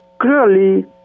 clearly